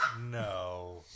No